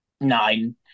nine